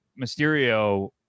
mysterio